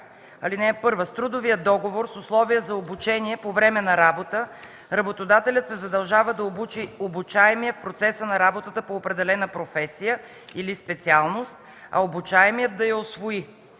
така: „(1) С трудовия договор с условие за обучение по време на работа работодателят се задължава да обучи обучаемия в процеса на работата по определена професия или специалност, а обучаемият – да я усвои.